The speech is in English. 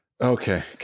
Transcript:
Okay